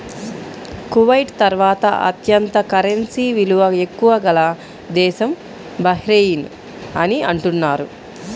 Kuwait తర్వాత అత్యంత currency విలువ ఎక్కువ గల దేశం బహ్రెయిన్ అని అంటున్నారు